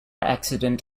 accident